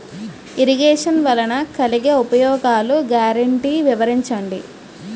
Irrigation వలన కలిగే ఉపయోగాలు గ్యారంటీ వివరించండి?